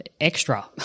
extra